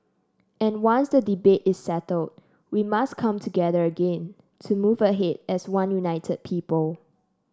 and once the debate is settled we must come together again to move ahead as one united people